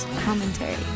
commentary